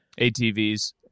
atvs